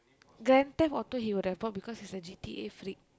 Grand-Theft-Auto he would have bought because he is a G_T_A freak